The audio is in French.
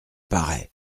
paraît